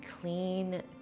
clean